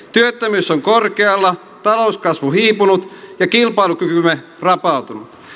työttömyys on korkealla talouskasvu hiipunut ja kilpailukykymme rapautunut